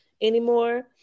anymore